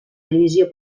divisió